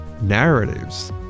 narratives